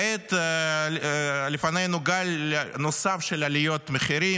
כעת לפנינו גל נוסף של עליות מחירים,